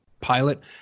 pilot